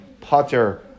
putter